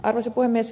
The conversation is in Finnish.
arvoisa puhemies